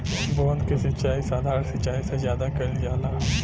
बूंद क सिचाई साधारण सिचाई से ज्यादा कईल जाला